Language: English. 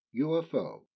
UFO